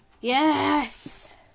Yes